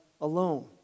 alone